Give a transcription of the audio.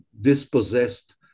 dispossessed